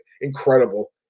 incredible